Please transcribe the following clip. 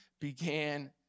began